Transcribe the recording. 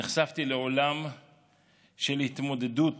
נחשפתי לעולם של התמודדות